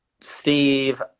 steve